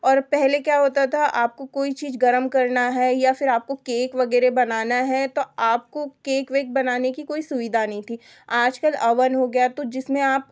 और पहले क्या होता था आपको कोई चीज़ गर्म करना है या फिर आपको केक वगैरह बनाना है तो आपको केक वेक बनाने की कोई सुविधा नहीं थी आज कल अवन हो गया तो जिसमें आप